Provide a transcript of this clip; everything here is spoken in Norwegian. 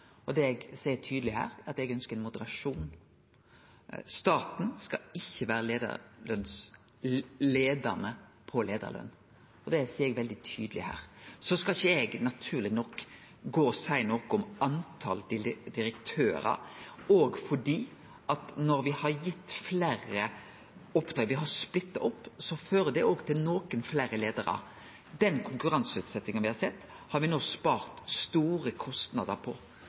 eg seier tydeleg her at eg ønskjer moderasjon. Staten skal ikkje vere leiande på leiarløn, og det seier eg veldig tydeleg. Så skal ikkje eg – naturleg nok – gå og seie noko om talet på direktørar, òg fordi at når me har splitta opp, fører det òg til nokre fleire leiarar. Den konkurranseutsetjinga me har sett, har me no spart store kostnader på.